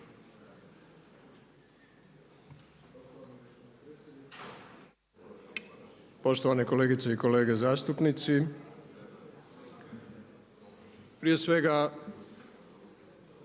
poštovane kolegice i kolege zastupnici. Prije svega